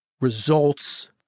results